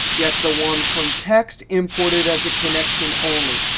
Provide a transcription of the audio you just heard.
get the one from text. import it as a connection only.